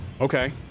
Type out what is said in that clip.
Okay